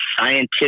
scientific